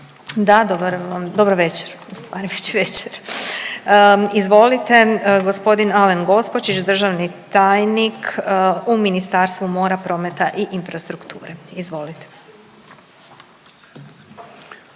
Da. Dobro večer, u stvari je već večer. Izvolite gospodin Alen Gospočić, državni tajnik u Ministarstvu mora, prometa i infrastrukture. Izvolite.